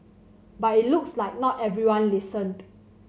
but it looks like not everyone listened